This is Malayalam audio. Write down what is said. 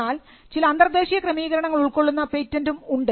എന്നാൽ ചില അന്തർദേശീയ ക്രമീകരണങ്ങൾ ഉൾക്കൊള്ളുന്ന പേറ്റന്റും ഉണ്ട്